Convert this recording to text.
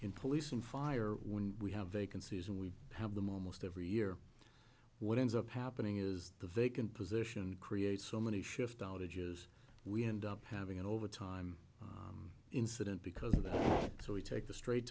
in police and fire when we have vacancies and we have them almost every year what ends up happening is the vacant position creates so many shift outages we end up having an overtime incident because of that so we take the straight